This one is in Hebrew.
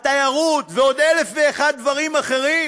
התיירות ועוד אלף ואחד דברים אחרים,